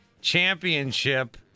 championship